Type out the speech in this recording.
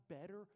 better